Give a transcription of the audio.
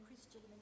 Christian